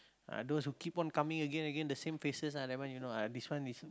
ah those who keep on coming again again the same faces ah that one you know ah this one is